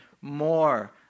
more